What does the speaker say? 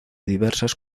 diversas